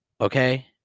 Okay